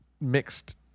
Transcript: mixed